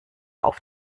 auf